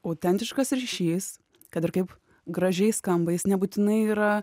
autentiškas ryšys kad ir kaip gražiai skamba jis nebūtinai yra